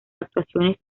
actuaciones